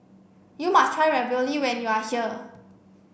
you must try Ravioli when you are here